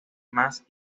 más